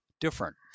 different